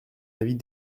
avis